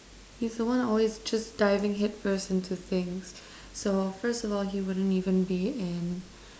he's one who's always just diving headfirst into things so first of all he wouldn't even be in